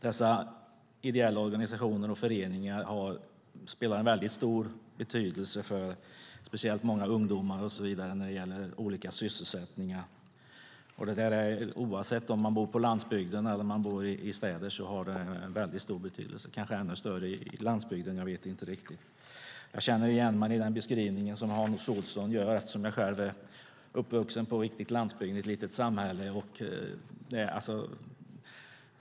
Dessa ideella organisationer och föreningar har väldigt stor betydelse, speciellt för många ungdomar och så vidare, när det gäller olika sysselsättningar. Oavsett om man bor på landsbygden eller i städer har de väldigt stor betydelse - kanske ännu större på landsbygden, jag vet inte riktigt. Jag känner igen mig i den beskrivning Hans Olsson gör eftersom jag själv är uppvuxen på den riktiga landsbygden, i ett litet samhälle.